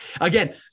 Again